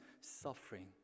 suffering